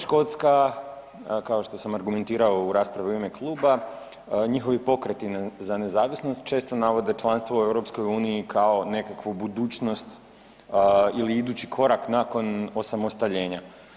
U EU i Škotska kao što sam argumentirao u raspravi u ime kluba, njihovi pokreti za nezavisnost često navode članstvo u EU kao nekakvu budućnost ili idući korak nakon osamostaljenja.